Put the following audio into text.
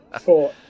four